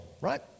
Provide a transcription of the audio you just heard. right